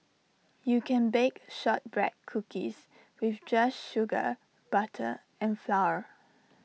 you can bake Shortbread Cookies with just sugar butter and flour